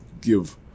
give